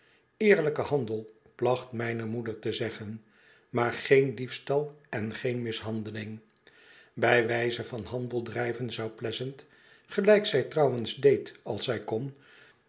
eerlijke handel placht mijne moeder te zegden maar geen diefstal en geen mishandeling bij wijze van handeldnjven zou pleasant gelijk zij trouwens deed als zij kon